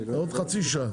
עוד חצי שעה.